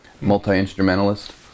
multi-instrumentalist